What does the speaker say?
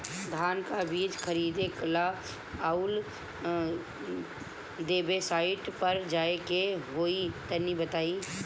धान का बीज खरीदे ला काउन वेबसाइट पर जाए के होई तनि बताई?